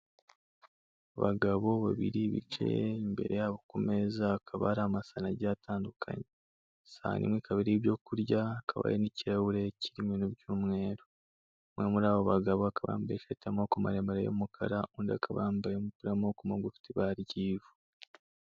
Abagabo babiri bicaye, imbere yabo ku meza hakaba hari amasahani agiye atandukanye. Isahani imwe ikaba iriho ibyo kurya, hakaba hari n'ikirahure kirimo ibintu by'umweru. Umwe muri abo bagabo akaba yambaye ishati y'amaboko maremare y'umukara, undi akaba yambaye umupira w'amaboko magufi ufite ibara ry'ivu.